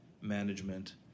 management